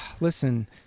Listen